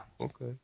Okay